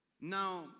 Now